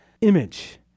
image